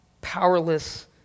powerless